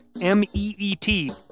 M-E-E-T